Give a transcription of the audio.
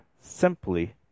simply